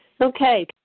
Okay